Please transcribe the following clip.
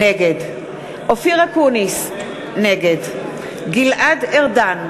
נגד אופיר אקוניס, נגד גלעד ארדן,